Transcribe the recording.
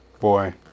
boy